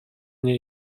nie